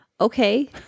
Okay